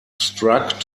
struck